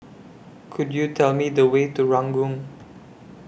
Could YOU Tell Me The Way to Ranggung